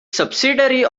subsidiary